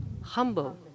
humble